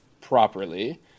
properly